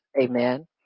Amen